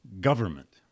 government